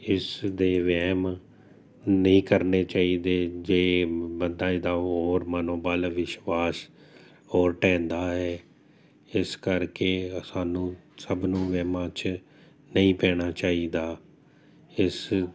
ਇਸਦੇ ਵਹਿਮ ਨਹੀਂ ਕਰਨੇ ਚਾਹੀਦੇ ਜੇ ਬੰਦਾ ਦਾ ਹੋਰ ਮਨੋਬਲ ਵਿਸ਼ਵਾਸ ਹੋਰ ਢਹਿੰਦਾ ਹੈ ਇਸ ਕਰਕੇ ਸਾਨੂੰ ਸਭ ਨੂੰ ਵਹਿਮਾਂ 'ਚ ਨਹੀਂ ਪੈਣਾ ਚਾਹੀਦਾ ਇਸ